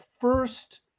first